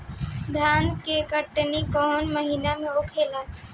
धान के कटनी कौन महीना में होला?